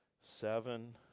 seven